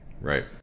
Right